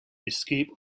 escape